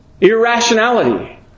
irrationality